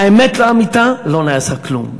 האמת לאמיתה, לא נעשה כלום.